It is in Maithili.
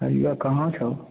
कहलियो कहाँ छो